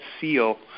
seal